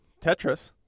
Tetris